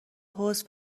حوض